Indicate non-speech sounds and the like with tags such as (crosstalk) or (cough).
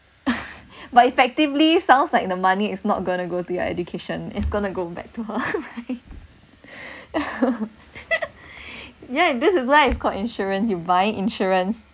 but effectively sounds like the money is not gonna to go to your education it's gonna go back to her right (laughs) yeah this is why it's called insurance you buying insurance